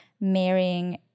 marrying